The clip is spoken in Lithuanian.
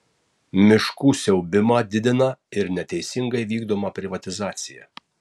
miškų siaubimą didina ir neteisingai vykdoma privatizacija